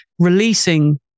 releasing